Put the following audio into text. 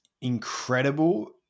incredible